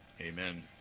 Amen